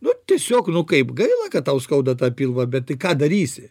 nu tiesiog nu kaip gaila kad tau skauda tą pilvą bet tai ką darysi